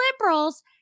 liberals